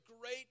great